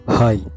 Hi